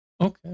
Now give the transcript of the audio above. Okay